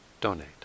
donate